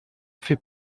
fait